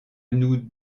nous